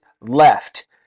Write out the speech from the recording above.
left